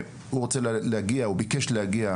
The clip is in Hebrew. והוא רוצה להגיע, הוא ביקש להגיע